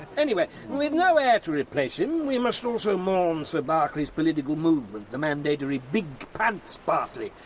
anyway, with no heir to replace him, we must also mourn sir berkeley's political movement, the mandatory big pants party.